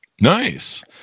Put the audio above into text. Nice